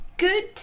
Good